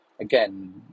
again